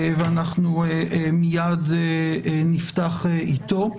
ומייד נפתח איתו.